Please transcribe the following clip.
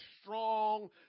strong